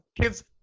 Kids